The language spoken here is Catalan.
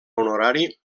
honorari